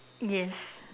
yes